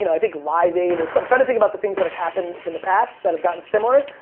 you know i think live aid, or so trying to think about the things that have happened in the past that have gotten similar.